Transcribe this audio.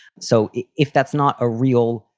so if that's not a real,